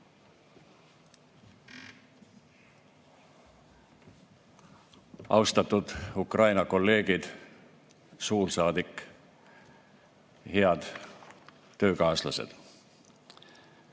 Austatud Ukraina kolleegid, suursaadik! Head töökaaslased!